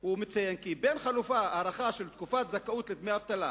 הוא מציין כי בין החלופה של הארכה של תקופת זכאות לדמי אבטלה